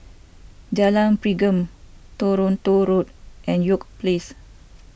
Jalan Pergam Toronto Road and York Place